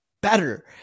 better